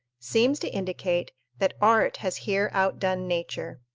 seems to indicate that art has here outdone nature.